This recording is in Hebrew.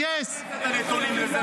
אין שום פגיעה בפרטיות.